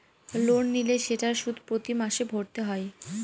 loan নিলে সেটার সুদ প্রতি মাসে ভরতে হয়